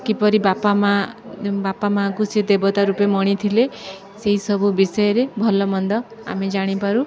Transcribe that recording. କିପରି ବାପା ମାଆ ବାପା ମାଆକୁ ସେ ଦେବତା ରୂପେ ମଣିଥିଲେ ସେଇସବୁ ବିଷୟରେ ଭଲମନ୍ଦ ଆମେ ଜାଣିପାରୁ